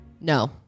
No